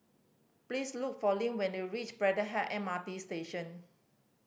please look for Leann when you reach Braddell M R T Station